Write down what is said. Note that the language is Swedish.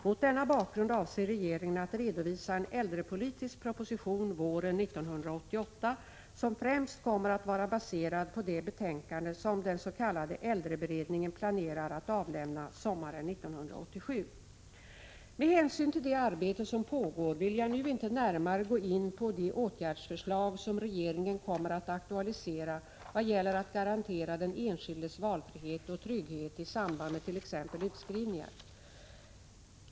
Mot denna bakgrund avser regeringen att våren 1988 redovisa en äldrepolitisk proposition, som främst kommer att vara baserad på det betänkande som den s.k. äldreberedningen planerar att avlämna sommaren 1987. Med hänsyn till det arbete som pågår vill jag nu inte närmare gå in på de åtgärdsförslag som regeringen kommer att aktualisera vad gäller att garantera den enskildes valfrihet och trygghet i samband med t.ex. utskrivningar.